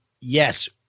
yes